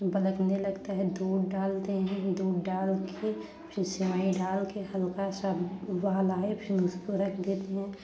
बलकने लगता है दूध डालते हैं दूध डाल कर फिर सेवई डाल कर हल्का सा उबाल आए फिर उसको रख देते हैं